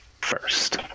first